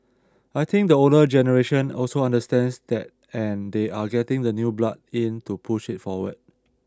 I think the older generation also understands that and they are getting the new blood in to push it forward